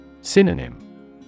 Synonym